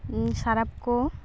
ᱥᱟᱨᱟᱯ ᱠᱚ